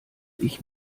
ich